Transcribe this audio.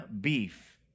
beef